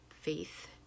faith